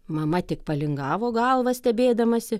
mama tik palingavo galvą stebėdamasi